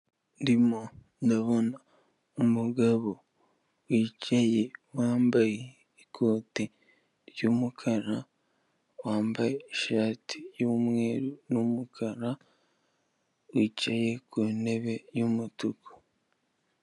Ndimo ndabona umugabo wicaye wambaye ikote ry'umukara wambaye ishati y'umweru n'umukara wicaye ku ntebe y'umutuku.